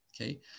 okay